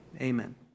Amen